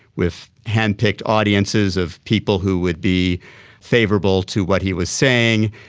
with hand-picked audiences of people who would be favourable to what he was saying,